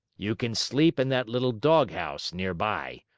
you can sleep in that little doghouse near-by,